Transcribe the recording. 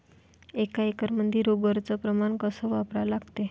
एक एकरमंदी रोगर च प्रमान कस वापरा लागते?